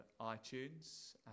iTunes